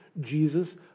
Jesus